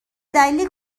دلیل